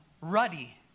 ruddy